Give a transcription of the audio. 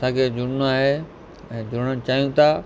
असांखे जुड़िणो आहे ऐं जुड़णु चाहियूं था